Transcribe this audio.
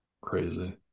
Crazy